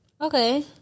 Okay